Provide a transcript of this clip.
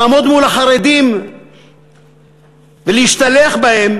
לעמוד מול החרדים ולהשתלח בהם,